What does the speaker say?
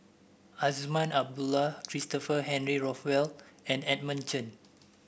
Azman Abdullah Christopher Henry Rothwell and Edmund Chen